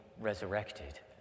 resurrected